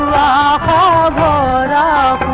ah da da